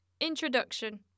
Introduction